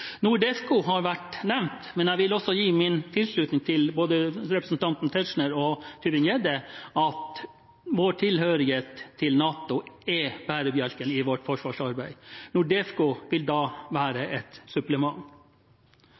NORDEFCO har vært nevnt, men jeg vil også gi min tilslutning til både representantene Tetzschner og Tybring-Gjedde – vår tilhørighet til NATO er bærebjelken i vårt forsvarsarbeid. NORDEFCO vil da være et supplement.